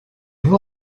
vous